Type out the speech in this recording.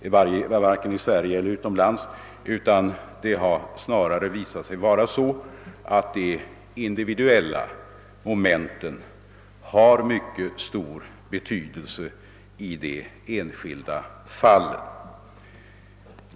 Snarare har det visat sig alt de individuella momenten spelar en mycket stor roll i de enskilda fallen.